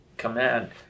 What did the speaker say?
command